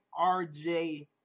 RJ